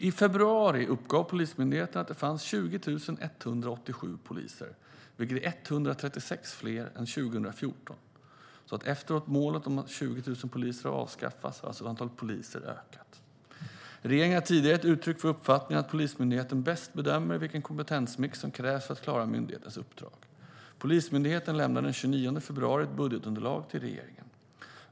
I februari uppgav Polismyndigheten att det fanns 20 187 poliser, vilket är 136 fler än 2014. Efter att målet om 20 000 poliser har avskaffats har alltså antalet poliser ökat. Regeringen har tidigare gett uttryck för uppfattningen att Polismyndigheten bäst bedömer vilken kompetensmix som krävs för att klara myndighetens uppdrag. Polismyndigheten lämnade den 29 februari ett budgetunderlag till regeringen.